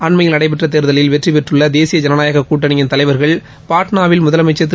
அன்மையில் நடைபெற்ற தேர்தலில் வெற்றி பெற்றுள்ள தேசிய தேசிய தேனநாயகக் கூட்டணியின் தலைவா்கள் பாட்னாவில் முதலமைச்சர் திரு